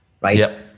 right